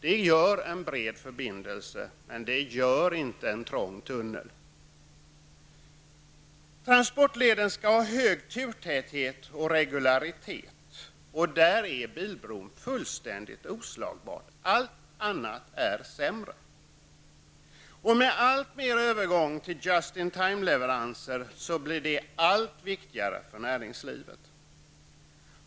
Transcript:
Det gör en bred förbindelse, men inte en trång tunnel. Transportleder skall ha hög turtäthet och regularitet. Där är bilbron fullständigt oslagbar. Allt annat är sämre. När man nu alltmer går över till just-in-time-leveranser blir dessa faktorer allt viktigare för näringslivet.